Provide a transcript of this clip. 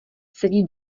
sedí